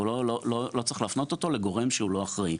ולא צריך להפנות אותו לגורם שהוא לא אחראי.